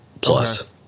plus